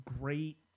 great